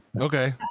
Okay